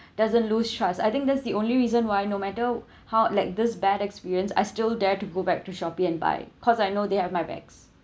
doesn't lose trust I think that's the only reason why no matter how like this bad experience I still dare to go back to Shopee and buy cause I know they have my back